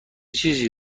چیزی